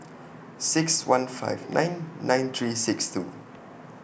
six one five nine nine three six two